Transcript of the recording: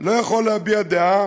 לא יכול להביע דעה